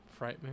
Frightmare